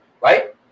right